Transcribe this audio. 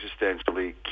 existentially